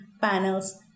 panels